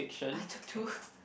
I took two